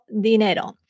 dinero